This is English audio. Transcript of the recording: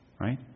right